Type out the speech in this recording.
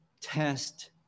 test